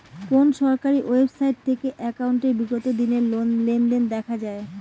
কোন সরকারি ওয়েবসাইট থেকে একাউন্টের বিগত দিনের লেনদেন দেখা যায়?